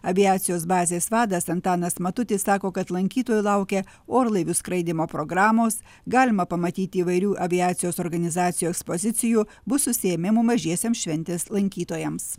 aviacijos bazės vadas antanas matutis sako kad lankytojų laukia orlaivių skraidymo programos galima pamatyti įvairių aviacijos organizacijos pozicijų bus užsiėmimų mažiesiems šventės lankytojams